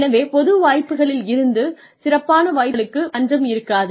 எனவே பொது வாய்ப்புகளில் இருந்து சிறப்பான வாய்ப்புகளுக்கு பஞ்சம் இருக்காது